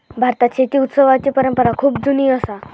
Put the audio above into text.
भारतात शेती उत्सवाची परंपरा खूप जुनी असा